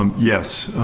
um yes,